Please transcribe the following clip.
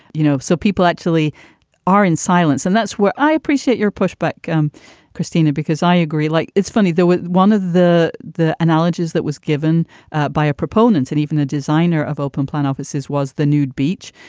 you know, so people actually are in silence. and that's where i appreciate your pushback. um christina, because i agree. like, it's funny, though, one of the the analogies that was given by proponents and even the designer of open plan offices was the nude beach,